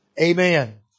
Amen